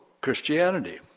Christianity